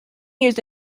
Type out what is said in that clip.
used